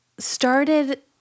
started